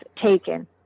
taken